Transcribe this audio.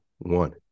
one